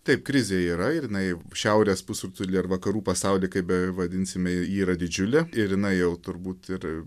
taip krizė yra ir jinai šiaurės pusrutuly ar vakarų pasauly kaip bevadinsime ji yra didžiulė ir jinai jau turbūt ir